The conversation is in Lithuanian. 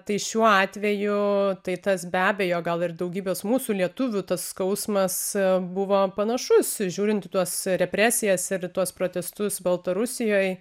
tai šiuo atveju tai tas be abejo gal ir daugybės mūsų lietuvių tas skausmas buvo panašus žiūrint į tuos represijas ir į tuos protestus baltarusijoj